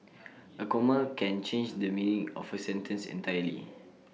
A comma can change the meaning of A sentence entirely